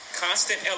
Constant